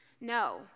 No